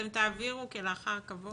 תעבירו כלאחר כבוד לוועדה.